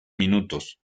minutos